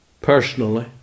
personally